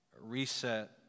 Reset